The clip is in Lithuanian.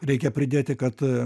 reikia pridėti kad